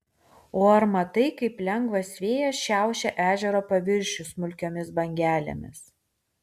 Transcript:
o ar matai kaip lengvas vėjas šiaušia ežero paviršių smulkiomis bangelėmis